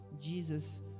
Jesus